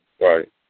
Right